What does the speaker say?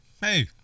Hey